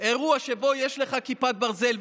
אירוע שבו יש לך כיפת ברזל,